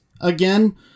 again